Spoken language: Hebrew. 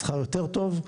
שכר יותר טוב,